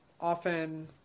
often